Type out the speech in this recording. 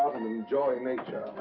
enjoy nature.